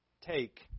take